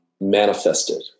manifested